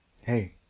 hey